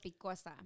picosa